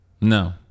No